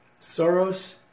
Soros